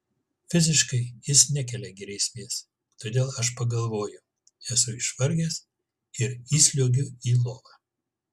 fiziškai jis nekelia grėsmės todėl aš pagalvoju esu išvargęs ir įsliuogiu į lovą